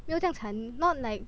没有这样惨 not like